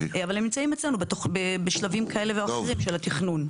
אבל הם נמצאים אצלנו בשלבים כאלה ואחרים של התכנון.